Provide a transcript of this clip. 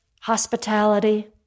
hospitality